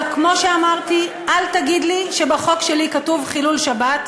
אבל כמו שאמרתי: אל תגיד לי שבחוק שלי כתוב חילול שבת,